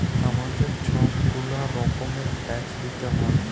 আমাদের ছব গুলা রকমের ট্যাক্স দিইতে হ্যয়